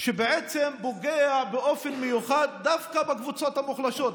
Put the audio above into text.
שבעצם פוגע באופן מיוחד דווקא בקבוצות המוחלשות,